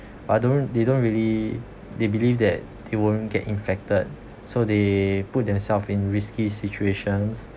but don't they don't really they believe that they won't get infected so they put themself in risky situations